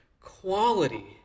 Quality